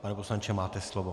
Pane poslanče, máte slovo.